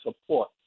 support